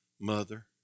mother